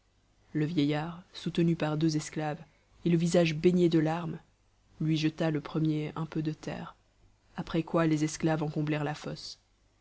le vieillard soutenu par deux esclaves et le visage baigné de larmes lui jeta le premier un peu de terre après quoi les esclaves en comblèrent la fosse